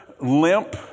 limp